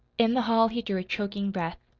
in the hall he drew a choking breath.